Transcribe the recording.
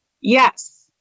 Yes